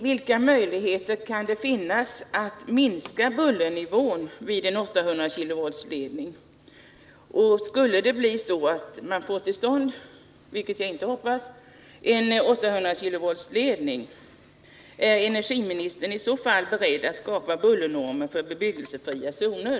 Vilka möjligheter finns för att minska bullernivån vid en 800 kV-ledning? Om en 800 kV-ledning kommer till stånd, vilket jag naturligtvis hoppas inte blir fallet, är energiministern i så fall beredd att tillskapa bullernormer för bebyggelsefria zoner?